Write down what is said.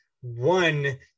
one